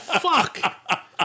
fuck